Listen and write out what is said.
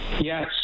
yes